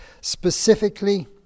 specifically